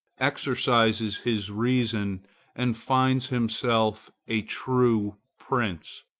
exercises his reason and finds himself a true prince.